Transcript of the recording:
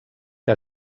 que